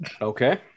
Okay